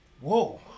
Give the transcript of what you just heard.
Whoa